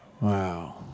Wow